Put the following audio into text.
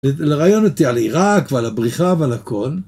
לראיין אותי על עיראק ועל הבריחה ועל הכל.